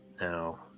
now